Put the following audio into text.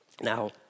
Now